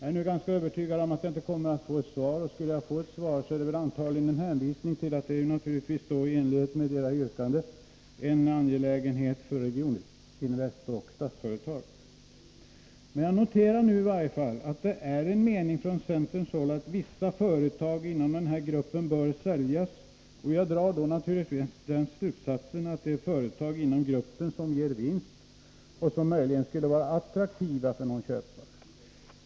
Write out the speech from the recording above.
Jag är ganska övertygad om att jag inte kommer att få något svar, och om jag skulle få det är det antagligen en hänvisning till att det, i enlighet med era yrkanden, är en angelägenhet för Regioninvest och Statsföretag. Men jag noterar nu i varje fall att man på centerns håll anser att vissa företag inom den här gruppen bör säljas. Jag drar då naturligtvis den slutsatsen att det är företag inom gruppen som ger vinst och som möjligen skulle vara attraktiva för någon köpare.